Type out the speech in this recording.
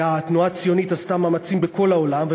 והתנועה הציונית עשתה מאמצים בכל העולם.